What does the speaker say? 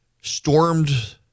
stormed